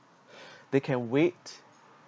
they can wait